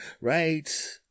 Right